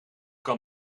kan